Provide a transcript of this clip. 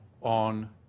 on